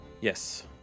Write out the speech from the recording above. Yes